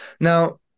Now